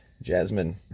jasmine